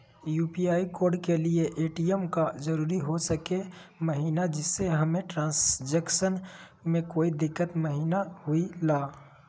UPI code के लिए ATM का जरूरी हो सके महिना जिससे हमें ट्रांजैक्शन में कोई दिक्कत महिना हुई ला?